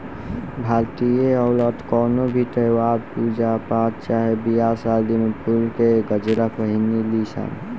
भारतीय औरत कवनो भी त्यौहार, पूजा पाठ चाहे बियाह शादी में फुल के गजरा पहिने ली सन